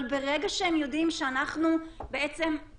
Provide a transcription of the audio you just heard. אבל ברגע שהם יודעים שאנחנו עוקבים,